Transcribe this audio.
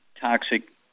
toxic